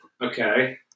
Okay